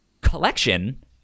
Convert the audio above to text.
collection